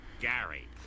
Gary